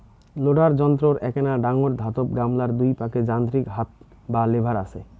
loader যন্ত্রর এ্যাকনা ডাঙর ধাতব গামলার দুই পাকে যান্ত্রিক হাত বা লেভার আচে